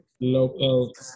Local